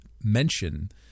mention